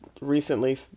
recently